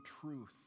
truth